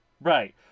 Right